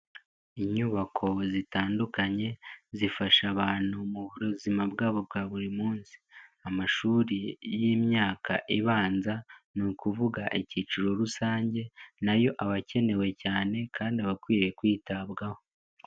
Inyubako zitandukanye zifasha abantu mu buzima bwabo bwa buri munsi. Amashuri y'imyaka ibanza ni ukuvuga icyiciro rusange, nayo aba akenewe cyane kandi aba akwiriye kwitabwaho.